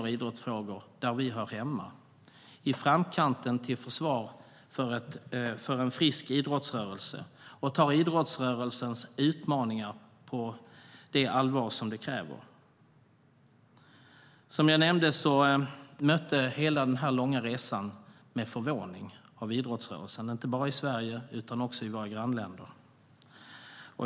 Vi ligger i framkant där vi hör hemma för ett försvar för en frisk idrottsrörelse och tar idrottsrörelsens utmaningar på det allvar som krävs. Som jag nämnde möttes hela den långa resan med förvåning från idrottsrörelsen, inte bara i Sverige utan också i våra grannländer.